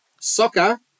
soccer